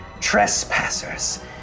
trespassers